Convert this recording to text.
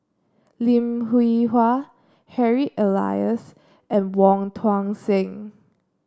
Lim Hwee Hua Harry Elias and Wong Tuang Seng